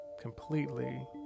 Completely